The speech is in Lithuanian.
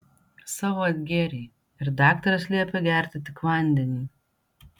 savo atgėrei ir daktaras liepė gerti tik vandenį